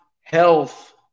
health